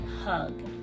hug